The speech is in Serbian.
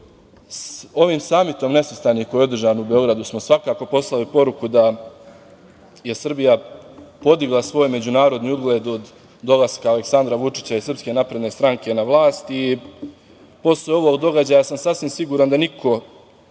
Samitom nesvrstanih koji je održan u Beogradu smo, svakako poslali poruku da je Srbija podigla svoji međunarodni ugled od dolaska Aleksandra Vučića i Srpske napredne stranka na vlast. Posle ovog događaja sam sasvim siguran da niko